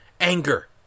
Anger